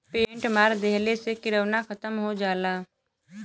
paint मार देहले से किरौना खतम हो जाला